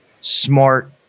smart